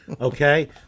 Okay